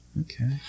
Okay